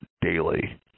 daily